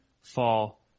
fall